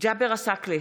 ג'אבר עסאקלה,